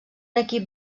equip